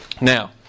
now